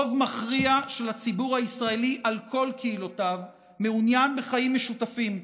רוב מכריע של הציבור הישראלי על כל קהילותיו מעוניין בחיים משותפים,